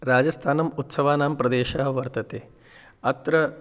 राजस्थानम् उत्सवानां प्रदेशः वर्तते अत्र